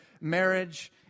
marriage